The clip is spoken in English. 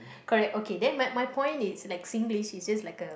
correct ok then my my point is like Singlish is just like a